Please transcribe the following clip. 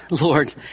Lord